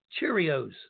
Cheerios